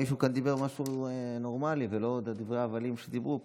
מישהו כאן אמר משהו נורמלי ולא דברי ההבלים שדיברו פה.